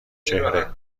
چهره